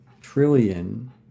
trillion